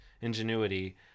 ingenuity